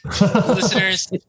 Listeners